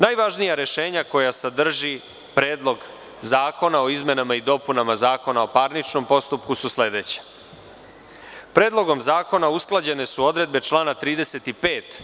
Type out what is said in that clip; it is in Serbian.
Najvažnija rešenja koja sadrži Predlog zakona o izmenama i dopunama Zakona o parničnom postupku su sledeća: Predlogom zakona usklađene su odredbe člana 35.